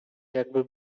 jakby